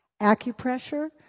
acupressure